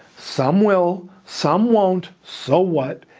some will, some won't, so what,